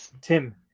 Tim